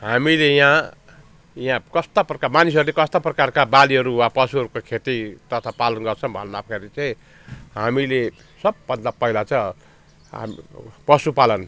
हामीले यहाँ यहाँ कस्ता प्रकार मानिसहरूले कस्ता प्रकारका बालीहरू वा पशुहरूको खेती तथा पालन गर्छन् भन्दाखेरि चाहिँ हामीले सबभन्दा पहिले चाहिँ पशुपालन